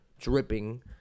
dripping